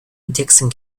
dickson